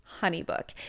HoneyBook